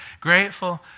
grateful